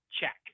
check